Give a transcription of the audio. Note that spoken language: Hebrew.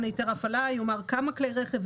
היתר הפעלה יאמר כמה כלי רכב,